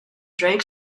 drank